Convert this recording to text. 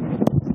יפעת,